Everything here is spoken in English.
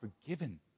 forgiven